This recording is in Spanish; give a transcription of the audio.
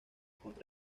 contra